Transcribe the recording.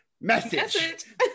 message